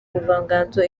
ubuvanganzo